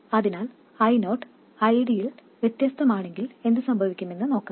അതിനാൽ I0 ID യിൽ വ്യത്യസ്തമാണെങ്കിൽ എന്ത് സംഭവിക്കുമെന്ന് നോക്കാം